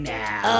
now